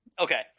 Okay